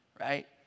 right